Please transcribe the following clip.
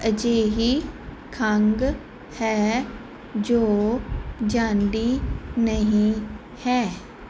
ਅਜਿਹੀ ਖੰਘ ਹੈ ਜੋ ਜਾਂਦੀ ਨਹੀਂ ਹੈ